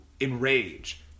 enrage